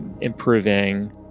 improving